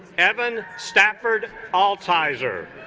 evan stafford altizer